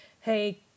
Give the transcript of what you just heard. hey